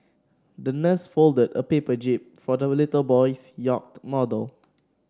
the nurse folded a paper jib for the little boy's yacht model